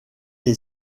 est